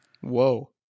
whoa